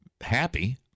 happy